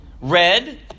Red